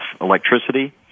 electricity